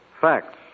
Facts